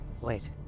Wait